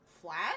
flat